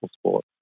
sport